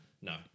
No